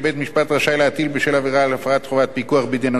בשל עבירה של הפרת חובת פיקוח בידי נושא משרה בתאגיד,